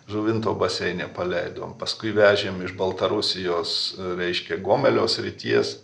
žuvinto baseine paleidom paskui vežėm iš baltarusijos reiškia gomelio srities